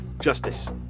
justice